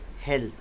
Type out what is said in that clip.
health